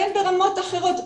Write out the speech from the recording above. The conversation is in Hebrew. והן ברמות אחרות.